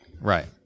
Right